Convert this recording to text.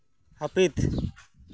ᱦᱟᱹᱯᱤᱫ